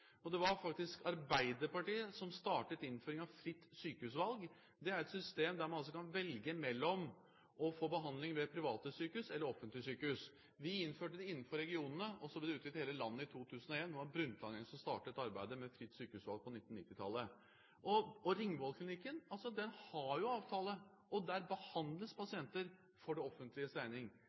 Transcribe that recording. Norge. Det var faktisk Arbeiderpartiet som startet innføringen av fritt sykehusvalg. Det er et system der man kan velge mellom å få behandling ved private sykehus eller offentlige sykehus. Vi innførte det innenfor regionene, og så ble det utvidet til hele landet i 2001. Det var Harlem Brundtland-regjeringen som startet arbeidet med fritt sykehusvalg på 1990-tallet. Ringvoll Klinikken har avtale, og der behandles pasienter for det